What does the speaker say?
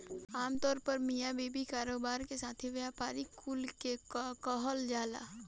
आमतौर पर मिया बीवी, कारोबार के साथी, व्यापारी कुल के कहल जालन